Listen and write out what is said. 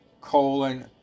colon